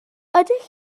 ydych